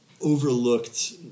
overlooked